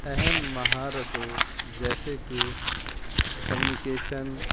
اہم مہارتوں جیسے کہ کمیونکیشن